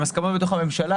עם הסכמה בתוך הממשלה,